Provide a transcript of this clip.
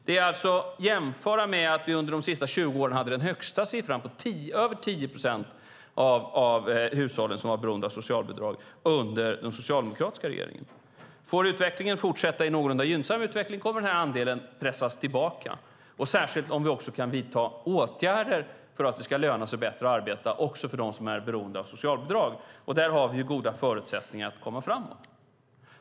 Man kan alltså jämföra med att vi under de senaste 20 åren hade den högsta siffran, på över 10 procent av hushållen som var beroende av socialbidrag, under den socialdemokratiska regeringen. Om utvecklingen får fortsätta i någorlunda gynnsam riktning kommer andelen att pressas tillbaka, särskilt om vi också kan vidta åtgärder för att det ska löna sig bättre att arbeta också för dem som är beroende av socialbidrag. Där har vi goda förutsättningar att komma framåt.